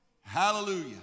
Hallelujah